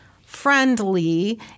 friendly